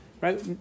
right